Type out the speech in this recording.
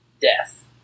death